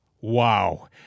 Wow